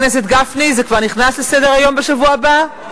חבר הכנסת גפני, זה כבר נכנס לסדר-היום בשבוע הבא?